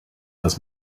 has